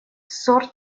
сорт